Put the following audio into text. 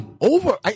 over